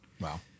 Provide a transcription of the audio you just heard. Wow